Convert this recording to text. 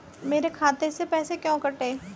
मेरे खाते से पैसे क्यों कटे?